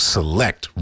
Select